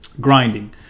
Grinding